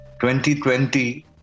2020